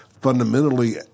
fundamentally